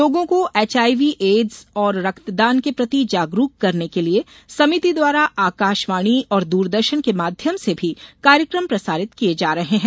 लोगों को HIV AIDS और रक्तदान के प्रति जागरूक करने के लिये समिति द्वारा आकाशवाणी और दूरदर्शन के माध्यम से भी कार्यक्रम प्रसारित किये जा रहे हैं